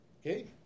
okay